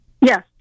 yes